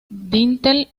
dintel